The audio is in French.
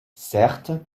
certes